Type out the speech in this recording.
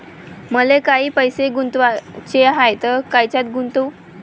मले काही पैसे गुंतवाचे हाय तर कायच्यात गुंतवू?